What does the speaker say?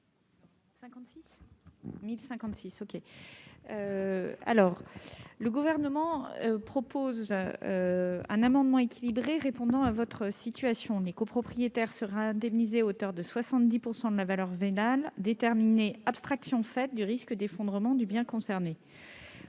le texte un amendement équilibré répondant à la situation évoquée. Les copropriétaires seront indemnisés à hauteur de 70 % de la valeur vénale déterminée, abstraction faite du risque d'effondrement du bien concerné.